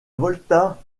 volta